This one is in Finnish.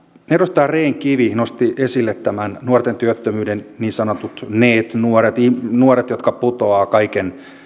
edustaja rehn kivi nosti esille nuorten työttömyyden niin sanotut neet nuoret nuoret jotka putoavat kaiken